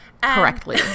Correctly